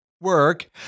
work